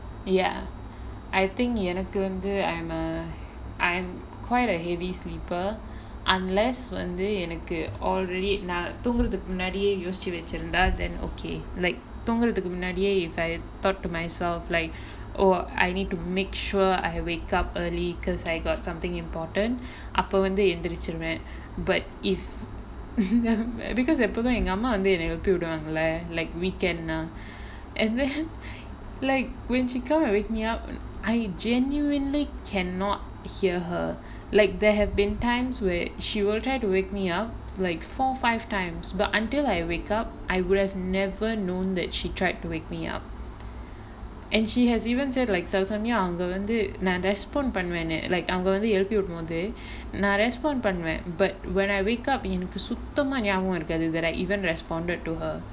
ya I think எனக்கு வந்து:enakku vanthu I'm a I'm quite a heavy sleeper unless வந்து எனக்கு:vanthu enakku already நான் தூங்கறதுக்கு முன்னாடியே யோசிச்சு வெச்சுருந்தா:naan thoongarathukku munnaadiyae yosichu vechurunthaa then okay like தூங்கறதுக்கு முன்னாடியே:thoongarthukku munnaadiyae if I thought to myself like orh I need to make sure I wake up early because I got something important அப்ப வந்து எந்திருச்சுருவேன்:appe vanthu enthiruchuruvaen but if because எப்பவுமே எங்க அம்மா வந்து எழுப்பி விடுவாங்கள:eppavumae enga amma vanthu eluppi viduvaangala like weekend ah and then like when she come and wake me up I genuinely cannot hear her like there have been times where she will try to wake me up like four five times but until like I wake up I would have never known that she tried to wake me up and she has even said like சில சமயம் அவங்க வந்து நான்:sila samayam avanga vanthu naan respond பண்ணுவேன்னு:pannuvaennu like அவங்க வந்து எழுப்பி விடும்போது நான்:avanga vanthu eluppi vidumpothu naan respond பண்ணுவேன்:pannuvaen but when I wake up எனக்கு சுத்தமா ஞாபகம் இருக்காது:enakku suthamaa nyabagam irukkaathu that I even respond to her